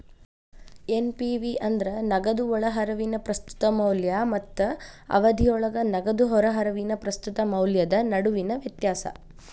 NPV ಅಂದ್ರ ನಗದು ಒಳಹರಿವಿನ ಪ್ರಸ್ತುತ ಮೌಲ್ಯ ಮತ್ತ ಅವಧಿಯೊಳಗ ನಗದು ಹೊರಹರಿವಿನ ಪ್ರಸ್ತುತ ಮೌಲ್ಯದ ನಡುವಿನ ವ್ಯತ್ಯಾಸ